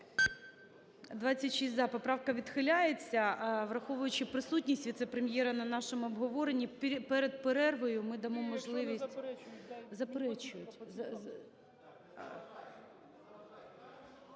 За-26 Поправка відхиляється. Враховуючи присутність віце-прем'єра на нашому обговоренні, перед перервою ми дамо можливість… Заперечують.